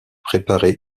préparé